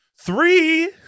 three